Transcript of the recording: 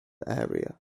area